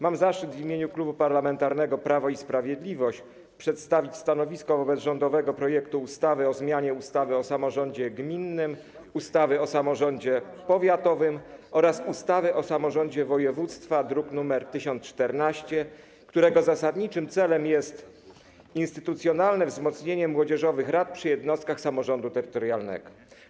Mam zaszczyt w imieniu Klubu Parlamentarnego Prawo i Sprawiedliwość przedstawić stanowisko wobec rządowego projektu ustawy o zmianie ustawy o samorządzie gminnym, ustawy o samorządzie powiatowym oraz ustawy o samorządzie województwa, druk nr 1014, którego zasadniczym celem jest instytucjonalne wzmocnienie młodzieżowych rad przy jednostkach samorządu terytorialnego.